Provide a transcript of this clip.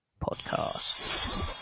podcast